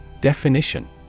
Definition